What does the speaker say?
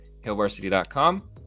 hillvarsity.com